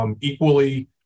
equally